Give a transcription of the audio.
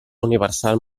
universal